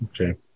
Okay